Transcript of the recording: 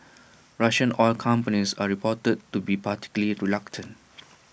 Russian oil companies are reported to be particularly reluctant